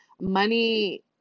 money